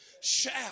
Shout